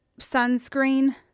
sunscreen